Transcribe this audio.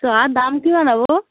জহাৰ দাম কিমান হ'ব